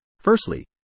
Firstly